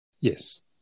Yes